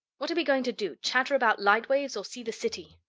what are we going to do, chatter about light waves or see the city?